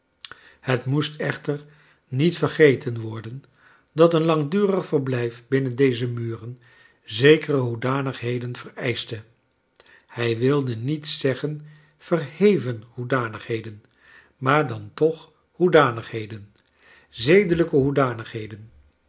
het moest echter niet vergeten worden dat een langdurig verblijf binnen deze muren zekere hoedanigheden vereischte hij wilde niet zeggen verheven hoedanigheden maar dan toch hoedanigheden zedelijke